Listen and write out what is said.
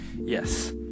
yes